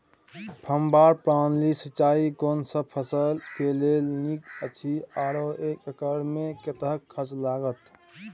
फब्बारा प्रणाली सिंचाई कोनसब फसल के लेल नीक अछि आरो एक एकर मे कतेक खर्च लागत?